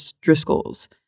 Driscoll's